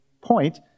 point